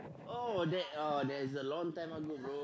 oh that oh that is a long time one ago